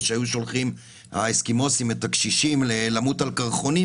שהאסקימואים שולחים את הקשישים למות על קרחונים,